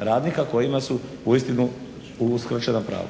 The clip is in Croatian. Hvala lijepa, hvala, hvala.